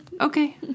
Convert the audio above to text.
Okay